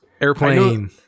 Airplane